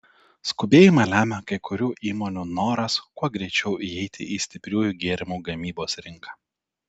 skubėjimą lemia kai kurių įmonių noras kuo greičiau įeiti į stipriųjų gėrimų gamybos rinką